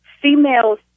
female's